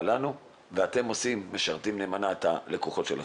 לנו ואתם משרתים נאמנה את הלקוחות שלכם.